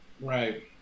Right